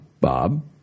Bob